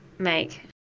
make